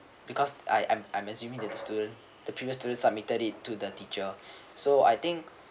because I am I'm assuming that the student the previous students submitted it to the teacher so I think